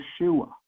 Yeshua